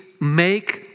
make